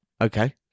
Okay